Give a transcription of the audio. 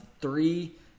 three